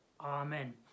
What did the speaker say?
Amen